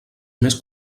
més